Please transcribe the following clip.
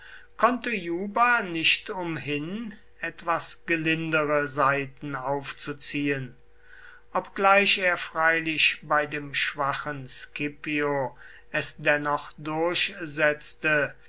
konnte juba nicht umhin etwas gelindere saiten aufzuziehen obgleich er freilich bei dem schwachen scipio es dennoch durchsetzte